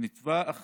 ונדבך